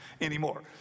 anymore